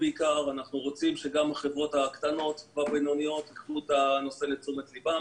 ואנחנו רוצים שגם החברות הקטנות והבינוניות ייקחו את הנושא לתשומת ליבם.